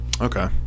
Okay